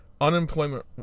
unemployment